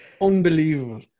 unbelievable